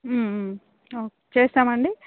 okay చేస్తాం అండి